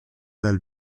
dal